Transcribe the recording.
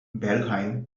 bergheim